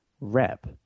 rep